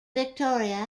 victoria